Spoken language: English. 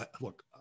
look